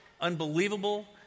unbelievable